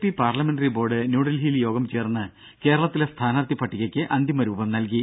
P parliamentary board ന്യൂഡൽഹിയിൽ യോഗം ചേർന്ന് കേരളത്തിലെ സ്ഥാനാർത്ഥി പട്ടികയ്ക്ക് അന്തിമരൂപം നൽകി